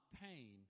pain